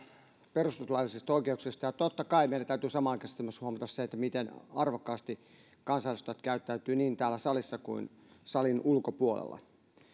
perustuslaillisista oikeuksista ja totta kai meidän täytyy samanaikaisesti huomata se miten arvokkaasti kansanedustajat käyttäytyvät niin täällä salissa kuin salin ulkopuolella